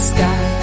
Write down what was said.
Sky